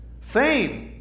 Fame